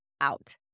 out